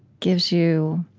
gives you